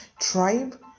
tribe